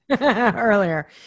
earlier